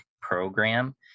program